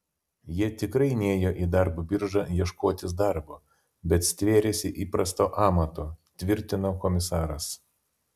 jie tikrai nėjo į darbo biržą ieškotis darbo bet stvėrėsi įprasto amato tvirtino komisaras